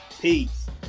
Peace